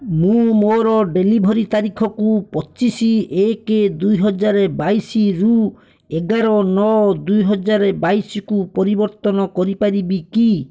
ମୁଁ ମୋର ଡେଲିଭରି ତାରିଖକୁ ପଚିଶ ଏକ ଦୁଇହଜାର ବାଇଶି ରୁ ଏଗାର ନଅ ଦୁଇହଜାର ବାଇଶିକୁ ପରିବର୍ତ୍ତନ କରିପାରିବି କି